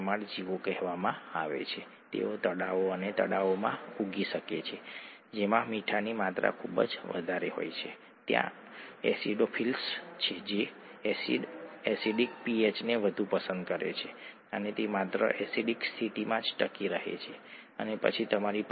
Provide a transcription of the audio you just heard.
ચાલો આપણે કહીએ કે ફોસ્ફેટનો અણુ મેળવી શકે છે મેળવી શકે છે ડિફોસ્ફોર્લેટ થઈ શકે છે અને તે પ્રક્રિયામાં એટીપી બનાવવા માટે એડીપીને એન્ઝાઇમેટિકલી ફોસ્ફેટ જૂથને ફોસ્ફેટ જૂથ પ્રદાન કરે છે ખરું ને